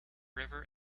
river